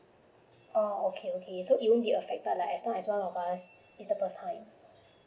oh okay okay so you won't be affected like as long as one of us is the first time